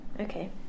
Okay